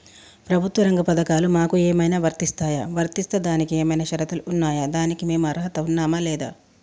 ప్రభుత్వ రంగ పథకాలు మాకు ఏమైనా వర్తిస్తాయా? వర్తిస్తే దానికి ఏమైనా షరతులు ఉన్నాయా? దానికి మేము అర్హత ఉన్నామా లేదా?